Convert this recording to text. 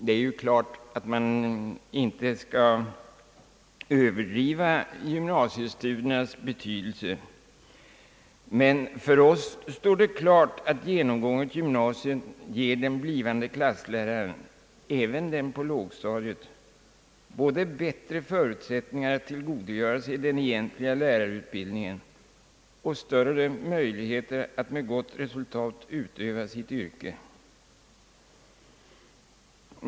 Det är klart att man inte skall överdriva gymnasiestudiernas betydelse, men för oss står det klart att genomgånget gymnasium ger den blivande klassläraren — även den på lågstadiet — både bättre förutsättningar att tillgodogöra sig den egentliga lärarutbildningen och större möjligheter att med gott resultat utöva sitt yrke.